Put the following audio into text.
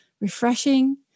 refreshing